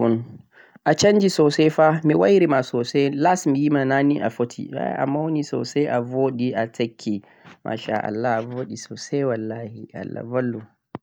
a canji soosay fa, mi wayri ma soosay. Las miyi ma na ni a foti, a mawni soosay, a bo'ɗi, a tekki; masha Allah bo'ɗi soosay wallaahi, Allah ballu.